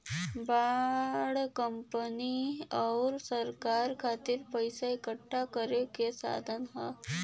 bond company आउर सरकार खातिर पइसा इकठ्ठा करे क साधन हौ